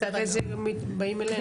אחרי זה באים אלינו.